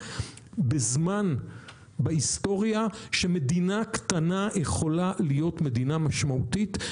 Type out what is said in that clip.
בזמן בהיסטוריה שמדינה קטנה יכולה להיות מדינה משמעותית,